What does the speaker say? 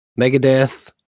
Megadeth